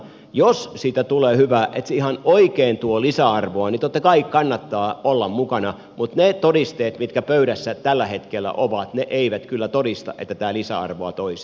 jos siitä tulee hyvä että se ihan oikein tuo lisäarvoa niin totta kai kannattaa olla mukana mutta ne todisteet mitkä pöydässä tällä hetkellä ovat eivät kyllä todista että tämä lisäarvoa toisi